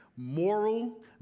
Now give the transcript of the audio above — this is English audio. moral